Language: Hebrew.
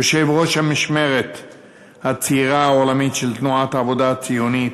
יושב-ראש המשמרת הצעירה העולמית של תנועת העבודה הציונית,